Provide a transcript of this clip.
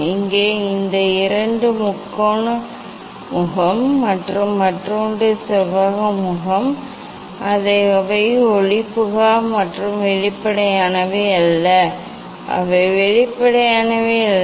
இங்கே இந்த இரண்டு முக்கோண முகம் மற்றும் மற்றொன்று செவ்வக முகம் அவை ஒளிபுகா அவை வெளிப்படையானவை அல்ல அவை வெளிப்படையானவை அல்ல